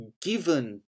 given